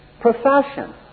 profession